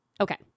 Okay